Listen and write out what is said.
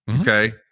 Okay